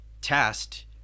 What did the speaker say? test